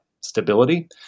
stability